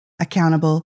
accountable